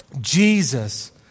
Jesus